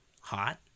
hot